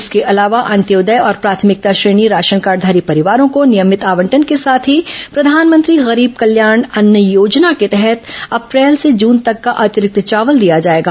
इसके अलावा अंत्योदय और प्राथमिकता श्रेणी राशन कार्डघारी परिवारो को नियमित आवंटन के साथ ही प्रधानमंत्री गरीब कल्याण अन्न योजना के तहत अप्रैल से जून तक का अतिरिक्त चावल दिया जाएगा